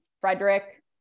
Frederick